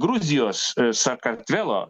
gruzijos sakartvelo